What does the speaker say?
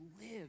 live